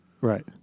Right